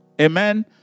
Amen